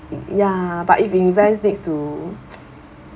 ya but if in events needs to